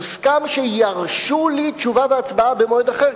הוסכם שירשו לי תשובה והצבעה במועד אחר,